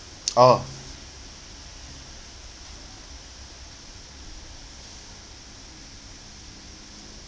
oh